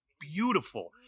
beautiful